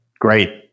Great